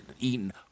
eaten